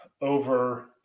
over